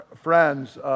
friends